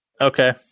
Okay